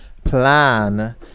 Plan